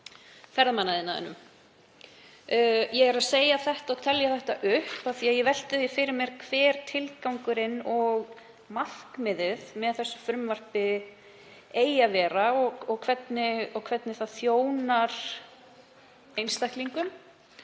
ferðamannaiðnaðinum. Ég tel þetta upp af því að ég velti því fyrir mér hver tilgangurinn og markmiðið með þessu frumvarpi eigi að vera og hvernig það þjónar einstaklingum